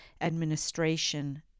administration